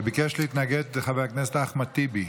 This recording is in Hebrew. ביקש להתנגד חבר הכנסת אחמד טיבי.